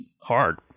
hard